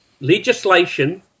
legislation